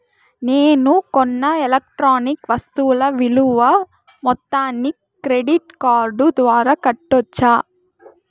నేను కొన్న ఎలక్ట్రానిక్ వస్తువుల విలువ మొత్తాన్ని క్రెడిట్ కార్డు ద్వారా కట్టొచ్చా?